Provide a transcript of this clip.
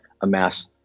amass